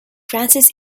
francis